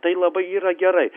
tai labai yra gerai